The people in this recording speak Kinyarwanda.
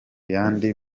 yandi